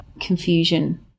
confusion